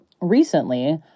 recently